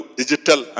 digital